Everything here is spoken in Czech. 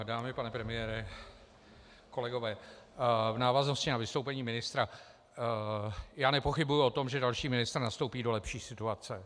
Dámy, pane premiére, kolegové, v návaznosti na vystoupení ministra já nepochybuji o tom, že další ministr nastoupí do lepší situace.